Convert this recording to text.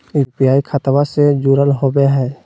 UPI खतबा से जुरल होवे हय?